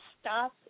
stop